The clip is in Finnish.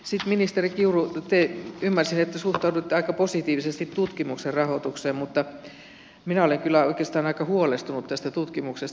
sitten ministeri kiuru ymmärsin että te suhtaudutte aika positiivisesti tutkimuksen rahoitukseen mutta minä olen kyllä oikeastaan aika huolestunut tästä tutkimuksesta